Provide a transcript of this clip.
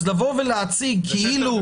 אז לבוא ולהציג כאילו.